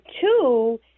two